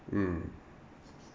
mm